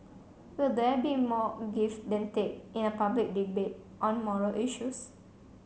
will there be more give than take in a public debate on moral issues